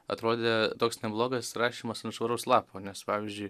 atrodė toks neblogas rašymas ant švaraus lapo nes pavyzdžiui